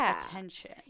attention